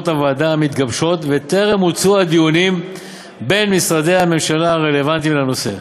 הוועדה המתגבשות ובטרם מוצו הדיונים בין משרדי הממשלה הרלוונטיים בנושא.